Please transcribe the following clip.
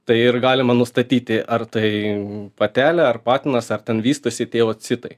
tai ir galima nustatyti ar tai patelė ar patinas ar ten vystosi tie vat citai